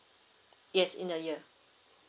yes in a year